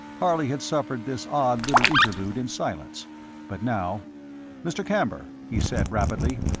harley had suffered this odd little interlude in silence but now mr. camber, he said, rapidly,